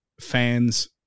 fans